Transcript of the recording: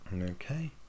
Okay